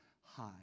high